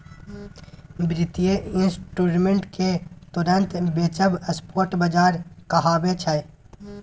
बित्तीय इंस्ट्रूमेंट केँ तुरंत बेचब स्पॉट बजार कहाबै छै